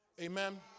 Amen